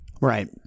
right